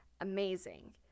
amazing